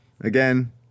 Again